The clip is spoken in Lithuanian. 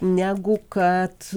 negu kad